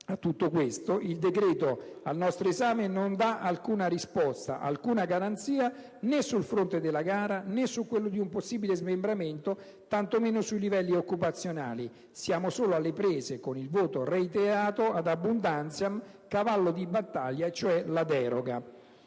A tutto questo, il decreto al nostro esame non dà alcuna risposta, alcuna garanzia, né sul fronte della gara, né su quello di un possibile smembramento, tanto meno sui livelli occupazionali. Siamo solo alle prese con il vostro reiterato, *ad abundantiam*, cavallo di battaglia, cioè la deroga.